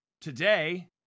today